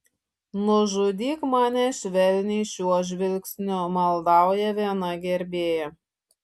nužudyk mane švelniai šiuo žvilgsniu maldauja viena gerbėja